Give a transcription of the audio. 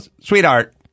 sweetheart